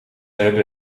hebben